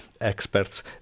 experts